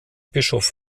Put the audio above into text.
bischof